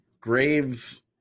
Graves